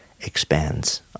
expands